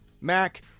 Mac